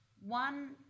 one